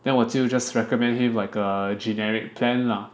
then 我就 just recommend him like a generic plan lah